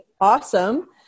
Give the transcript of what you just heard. awesome